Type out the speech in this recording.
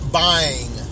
buying